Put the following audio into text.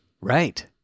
Right